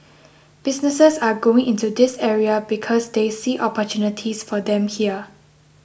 businesses are going into this area because they see opportunities for them here